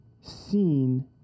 seen